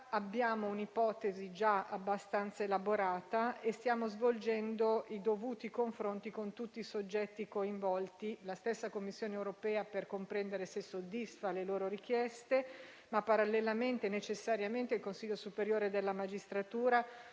abbiamo un'ipotesi già abbastanza elaborata e stiamo svolgendo i dovuti confronti con tutti i soggetti coinvolti: la Commissione europea, per comprendere se soddisfa le loro richieste, e - parallelamente e necessariamente - il Consiglio superiore della magistratura,